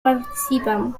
participan